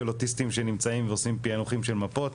אוטיסטים שנמצאים ועושים פיענוחים של מפות.